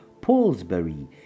Paulsbury